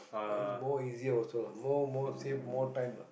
but it's more easier also lah more more safe more time lah